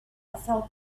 felt